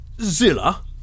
Zilla